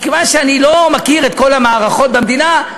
מכיוון שאני לא מכיר את כל המערכות במדינה,